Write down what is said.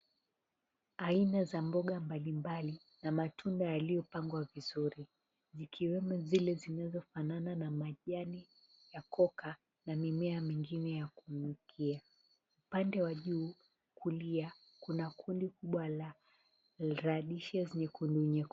Aina za mboga mbalimbali na matunda yaliyopangwa vizuri ikiwemo zile zinazofanana na majani ya koka na mimea mingine ya kunukia. Upande wa juu kulia kuna kundi kubwa la radishes nyekundu nyekundu.